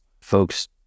folks